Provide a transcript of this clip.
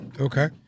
Okay